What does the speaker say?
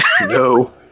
no